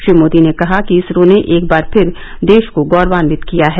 श्री मोदी ने कहा कि इसरो ने एक बार फिर देश को गौरवान्वित किया है